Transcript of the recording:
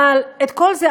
אבל את כל זה,